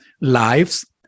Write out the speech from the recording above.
lives